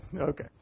Okay